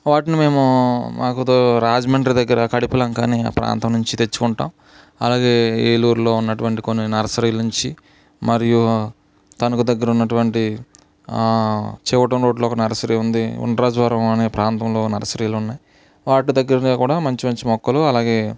వాటిని మేము మాకు దో రాజమండ్రి దగ్గర కడిపిలంక అని ఆ ప్రాంతం నుంచి తెచ్చుకుంటాం అలాగే ఏలూరులో ఉన్నటువంటి కొన్ని నర్సరీలు నుంచి మరియు తణుకు దగ్గర ఉన్నటువంటి చోటోమూట్లు ఒక నర్సరీ ఉంది ఉండ్రాజవరం అనే ప్రాంతంలో నర్సరీలు ఉన్నాయి వాటి దగ్గర కూడా మంచి మంచి మొక్కలు అలాగే